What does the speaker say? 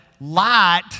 light